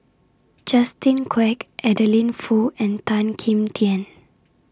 Justin Quek Adeline Foo and Tan Kim Tian